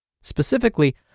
Specifically